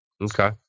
Okay